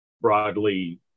broadly